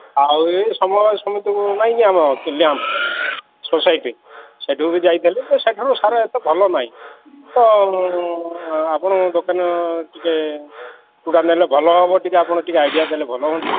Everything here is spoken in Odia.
ଆଉ ଏ ସମୟ ସମସ୍ତଙ୍କୁ ନାଇଁ କି ଆମ ଲ୍ୟାମ୍ପ୍ ସୋସାଇଟି ସେଇଠିକୁ ବି ଯାଇଥିଲି ଯେ ସେଇଠିର ସାର ଏତେ ଭଲ ନାହିଁ ତ ଆପଣଙ୍କ ଦୋକାନ ଟିକିଏ କେଉଁଟା ନେଲେ ଭଲ ହେବ ଟିକିଏ ଆପଣ ଟିକିଏ ଆଇଡ଼ିଆ ଦେଲେ ଭଲ ହୁଅନ୍ତା